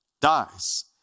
dies